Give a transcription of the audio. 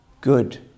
good